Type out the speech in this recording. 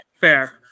Fair